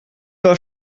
war